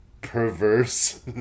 perverse